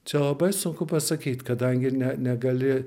čia labai sunku pasakyt kadangi ne negali